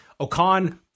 Okan